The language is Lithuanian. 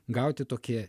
gauti tokį